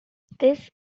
this